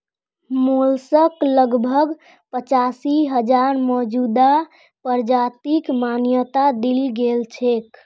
mollusc लगभग पचासी हजार मौजूदा प्रजातिक मान्यता दील गेल छेक